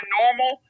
normal